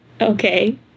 Okay